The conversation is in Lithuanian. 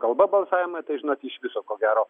kalba balsavimą tai žinot iš viso ko gero